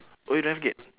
oh you don't have gate